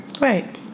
Right